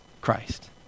Christ